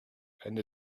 and